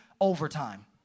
Overtime